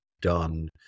done